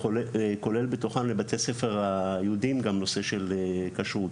כולל בתוכם לבתי הספר היהודים גם נושא של כשרות.